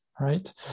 right